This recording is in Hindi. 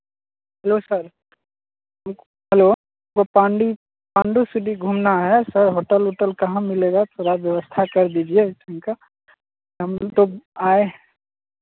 नमस्कार हेलो वो पांडी पाण्डू सिटी घूमना है सर होटल उटल कहाँ मिलेगा थोड़ा व्यवस्था कर दीजिए ढंग का हम भी तो आए हैं